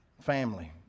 family